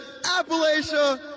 appalachia